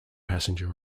passenger